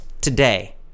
today